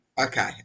Okay